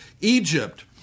Egypt